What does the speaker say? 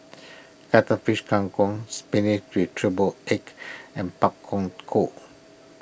Cuttlefish Kang Kong Spinach with Triple Egg and Pak Thong Ko